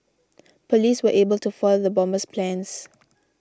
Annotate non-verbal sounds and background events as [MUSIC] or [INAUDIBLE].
[NOISE] police were able to foil the bomber's plans